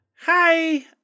hi